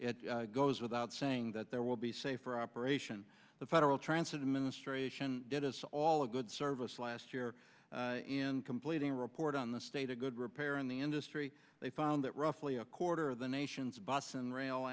it goes without saying that there will be safer operation the federal transfer the ministration did us all a good service last year in completing a report on the state a good repair in the industry they found that roughly a quarter of the nation's boston r